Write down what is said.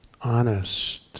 honest